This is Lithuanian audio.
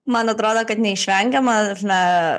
man atrodo kad neišvengiama ar ne